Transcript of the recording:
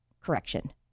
correction